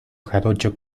jarocho